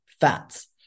fats